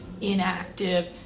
inactive